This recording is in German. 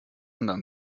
anderen